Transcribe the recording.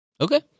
Okay